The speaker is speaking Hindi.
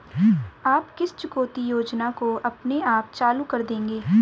आप किस चुकौती योजना को अपने आप चालू कर देंगे?